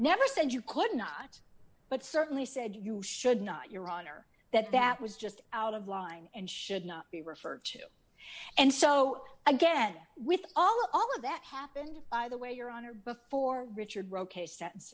never said you could not but certainly said you should not your honor that that was just out of line and should not be referred to and so again with all of that happened by the way your honor before richard bro